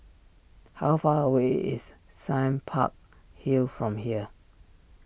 how far away is Sime Park Hill from here